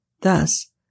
Thus